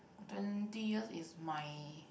twenty years is my